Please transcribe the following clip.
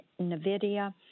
NVIDIA